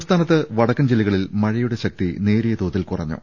സംസ്ഥാനത്ത് വടക്കൻ ജില്ലകളിൽ മഴയുടെ ശക്തി നേരിയ തോതിൽ കുറഞ്ഞു